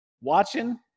watching